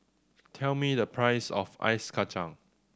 tell me the price of Ice Kachang